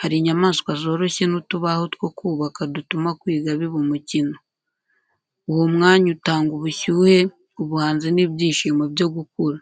Hari inyamaswa zoroshye n’utubaho two kubaka dutuma kwiga biba umukino. Uwo mwanya utanga ubushyuhe, ubuhanzi n’ibyishimo byo gukura.